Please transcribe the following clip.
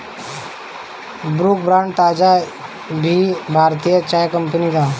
Brooke Bond ताज़ा भी भारतीय चाय कंपनी हअ